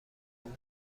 عموم